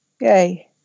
yay